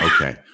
Okay